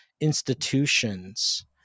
institutions